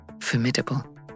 Formidable